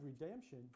redemption